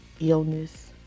illness